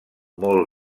molt